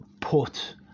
put